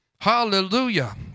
Hallelujah